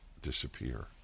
disappear